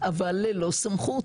אבל ללא סמכות,